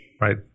Right